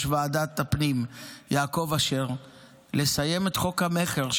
ועדת הפנים יעקב אשר לסיים את חוק המכר,